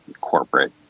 corporate